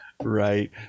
Right